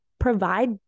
Provide